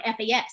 FAS